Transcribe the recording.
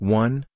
one